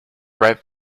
ripe